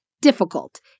difficult